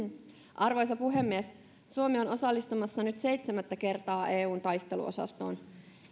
arvoisa puhemies suomi on osallistumassa nyt seitsemättä kertaa eun taisteluosastoon